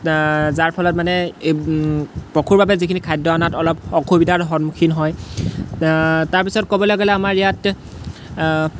যাৰ ফলত মানে এই পশুৰ বাবে যিখিনি খাদ্য অনাত অলপ অসুবিধাৰ সন্মুখীন হয় তাৰপিছত ক'বলৈ গ'লে আমাৰ ইয়াত